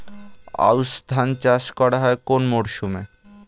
আউশ ধান চাষ করা হয় কোন মরশুমে?